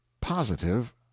positive